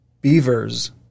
Beavers